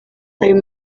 ayo